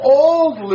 old